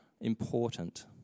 important